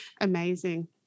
amazing